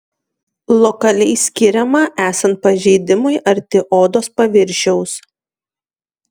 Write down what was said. lokaliai skiriama esant pažeidimui arti odos paviršiaus